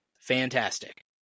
fantastic